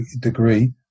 degree